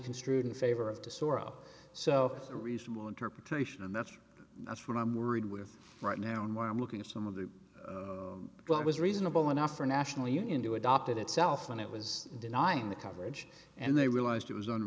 construed in favor of to sorow so a reasonable interpretation and that's that's what i'm worried with right now and where i'm looking at some of the well it was reasonable enough for national union to adopt it itself when it was denying the coverage and they realised it was on